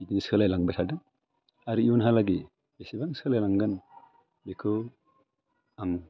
बिदि सोलायलांबाय थादों आरो इयुनहालागै बेसेबां सोलायलांगोन बेखौ आं